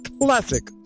classic